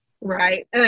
Right